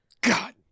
god